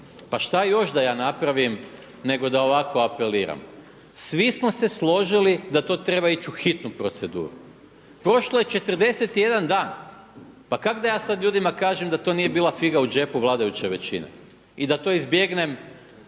pa šta još da ja napravim nego da ovako apeliram? Svi smo se složili da to treba ići u hitnu proceduru. Prošlo je 41 dan. Pa kak' da ja sad ljudima kažem da to nije bila figa u džepu vladajuće većine i da to izbjegnem